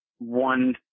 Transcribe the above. One